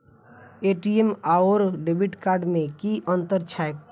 ATM आओर debit card मे की अंतर छैक?